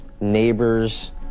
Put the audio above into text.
neighbors